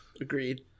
Agreed